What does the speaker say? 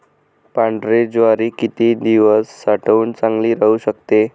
पांढरी ज्वारी किती दिवस साठवून चांगली राहू शकते?